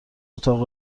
اتاق